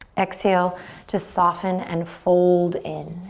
exhale to soften and fold in.